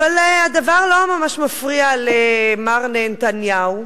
אבל הדבר לא ממש מפריע למר נהנתניהו.